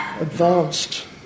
advanced